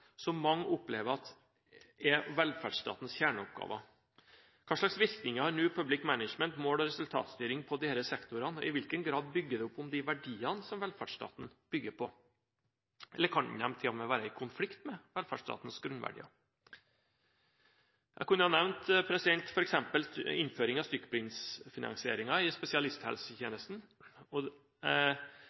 mange opplever er velferdsstatens kjerneoppgaver: Hvilke virkninger har New Public Management, mål- og resultatstyring, på disse sektorene? I hvilken grad bygger det opp under de verdiene som velferdsstaten bygger på? Kan det til og med være i konflikt med velferdsstatens grunnverdier? Jeg kunne ha nevnt f.eks. innføring av stykkprisfinansiering i spesialisthelsetjenesten.